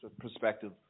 perspective